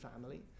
family